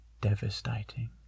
devastating